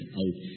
out